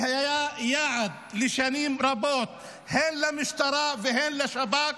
שהיה יעד שנים רבות הן למשטרה והן לשב"כ,